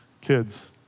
kids